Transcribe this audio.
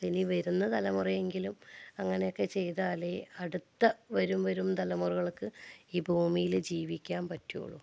ഇനി വരുന്ന തലമുറ എങ്കിലും അങ്ങനെയൊക്കെ ചെയ്താലേ അടുത്ത വരും വരും തലമുറകൾക്ക് ഈ ഭൂമിയിൽ ജീവിക്കാൻ പറ്റുകയുള്ളു